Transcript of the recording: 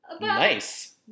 nice